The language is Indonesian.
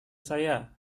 saya